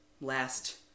Last